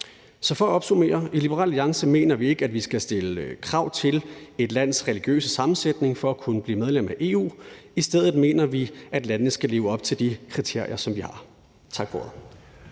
Så for at opsummere: I Liberal Alliance mener vi ikke, at vi skal stille krav om et lands religiøse sammensætning for at kunne blive medlem af EU; i stedet mener vi, at landene skal leve op til de kriterier, som vi har. Tak for